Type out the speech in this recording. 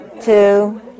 two